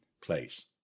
place